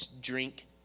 drink